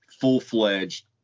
full-fledged